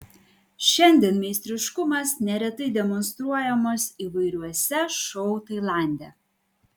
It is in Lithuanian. šiandien meistriškumas neretai demonstruojamas įvairiuose šou tailande